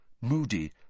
Moody